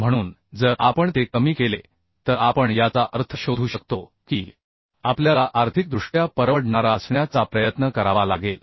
म्हणून जर आपण ते कमी केले तर आपण याचा अर्थ शोधू शकतो की आपल्याला आर्थिक दृष्ट्या परवडणारा असण्या चा प्रयत्न करावा लागेल